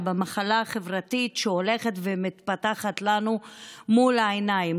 במחלה החברתית שהולכת ומתפתחת לנו מול העיניים,